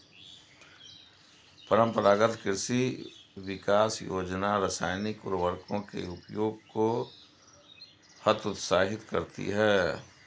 परम्परागत कृषि विकास योजना रासायनिक उर्वरकों के उपयोग को हतोत्साहित करती है